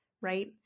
right